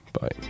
Bye